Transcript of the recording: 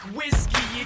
whiskey